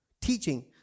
teaching